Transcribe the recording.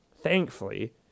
thankfully